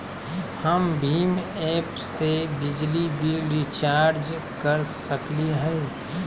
हम भीम ऐप से बिजली बिल रिचार्ज कर सकली हई?